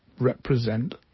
represent